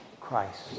Christ